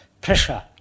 pressure